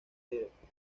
directa